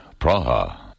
Praha